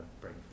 bring